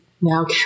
now